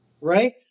right